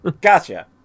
Gotcha